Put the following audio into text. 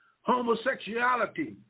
homosexuality